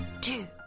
two